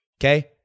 okay